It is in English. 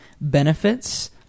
benefits